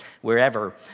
wherever